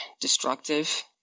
destructive